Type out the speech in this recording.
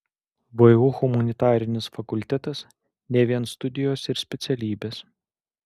vu humanitarinis fakultetas ne vien studijos ir specialybės